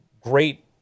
great